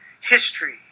history